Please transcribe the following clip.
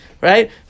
Right